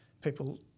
people